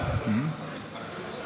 להתנגד.